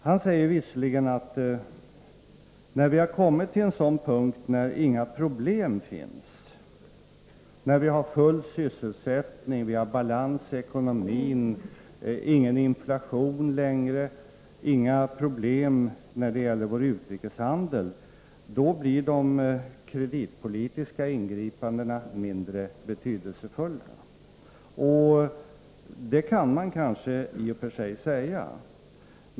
Han säger visserligen att när vi har kommit till den punkt då inga problem finns, då vi har full sysselsättning, då vi har balans i ekonomin, inte längre någon inflation och inga problem när det gäller vår utrikeshandel, blir de kreditpolitiska ingripandena mindre betydelsefulla. Det kan man kanske i och för sig säga.